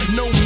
no